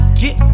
get